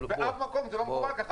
באף מקום זה לא מקובל ככה.